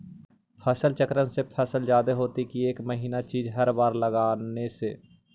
फसल चक्रन से फसल जादे होतै कि एक महिना चिज़ हर बार लगाने से?